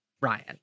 Ryan